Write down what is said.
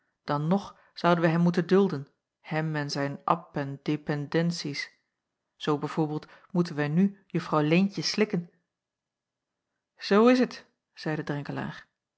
dan nog zouden wij hem moeten dulden hem en zijn ap en dependenties zoo b v moeten wij nu juffrouw leentje slikken zoo is t zeide